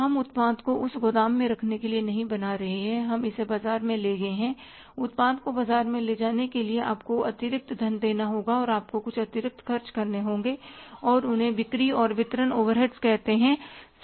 हम उत्पाद को उस गोदाम में रखने के लिए नहीं बना रहे हैं हम इसे बाजार में ले गए हैं उत्पाद को बाजार में ले जाने के लिए आपको अतिरिक्त धन देना होगा और आपको कुछ अतिरिक्त खर्च करने होंगे और उन्हें बिक्री और वितरण ओवरहेड्स कहते हैं